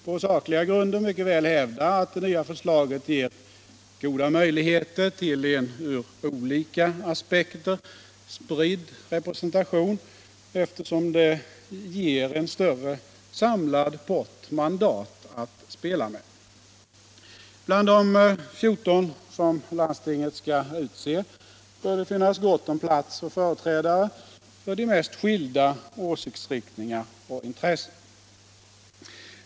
På sakliga grunder kan mycket väl hävdas att det nya förslaget ger goda möjligheter till en ur olika aspekter spridd representation, eftersom det ger en större samlad pott mandat att spela med. Bland de 14 ledamöter som landstingen skall utse bör det finnas gott om plats för företrädare för de mest skilda åsiktsriktningar och intressen.